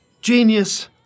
Genius